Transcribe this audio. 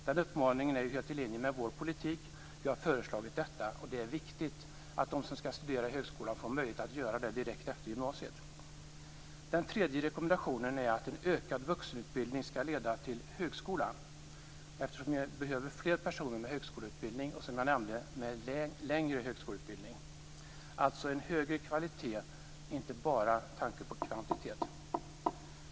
Den uppmaningen är helt i linje med vår politik. Vi har föreslagit detta. Det är viktigt att de som skall studera på högskolan får möjlighet att göra det direkt efter gymnasiet. Den tredje rekommendationen är att en ökad vuxenutbildning skall leda till högskolan, eftersom vi behöver flera personer med högskoleutbildning och, som jag nämnde, med längre högskoleutbildning, dvs. en högre kvalitet, inte bara med tanke på kvantitet.